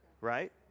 right